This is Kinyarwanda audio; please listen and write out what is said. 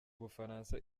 bufaransa